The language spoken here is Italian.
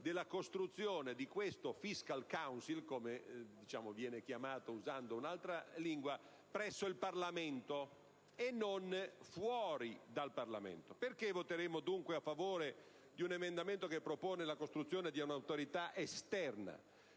della costruzione di questo *fiscal council*, come viene chiamato usando un'altra lingua, presso il Parlamento e non fuori. Perché voteremo dunque a favore di un emendamento che propone la costruzione di una autorità esterna?